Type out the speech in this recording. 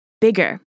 bigger